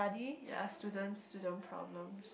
ya student student problems